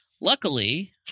Luckily